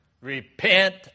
Repent